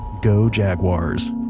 go jaguars,